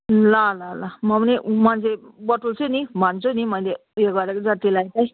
ल ल ल म पनि मान्छे बटुल्छु नि भन्छु नि मैले उयो गरेको जतिलाई चाहिँ